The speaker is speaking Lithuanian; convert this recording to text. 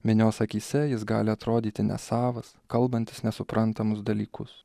minios akyse jis gali atrodyti nesavas kalbantis nesuprantamus dalykus